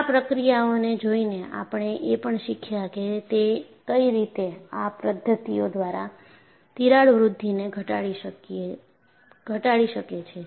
આ પ્રક્રિયાઓને જોઈને આપણે એ પણ શીખ્યા કે તે કઈ રીતે આ પદ્ધતિઓ દ્વારા તિરાડ વૃદ્ધિને ઘટાડી શકીએ છીએ